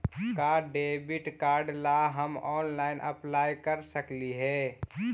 का debit card ला हम ऑनलाइन अप्लाई कर सकली हे?